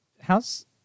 How's